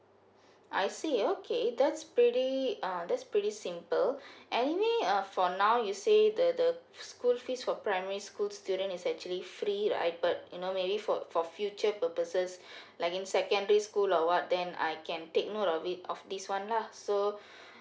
I see okay that's pretty uh that's pretty simple any uh for now you say the the school fees for primary school student is actually free I but maybe you know for for future purposes like in secondary school or what then I can take note of it of this one lah so